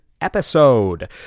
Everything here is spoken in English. episode